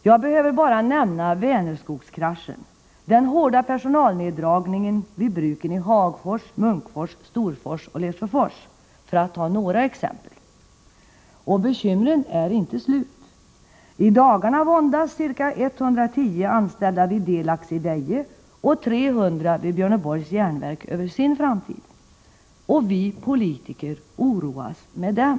Jag behöver bara nämna Vänerskogskraschen, den hårda personalneddragningen vid bruken i Hagfors, Munkfors, Storfors och Lesjöfors för att ta några exempel. Och bekymren är inte slut! I dagarna våndas ca 110 anställda vid Delax i Deje och 300 vid Björneborgs järnverk över sin framtid. Vi politiker oroas med dem.